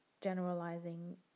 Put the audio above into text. generalizing